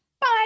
Bye